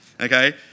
okay